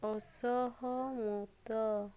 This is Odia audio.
ଅସହମତ